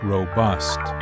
Robust